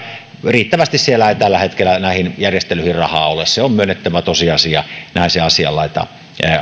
riittävästi siellä ei tällä hetkellä näihin järjestelyihin rahaa ole se on myönnettävä tosiasia näin se asianlaita